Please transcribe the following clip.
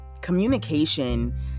communication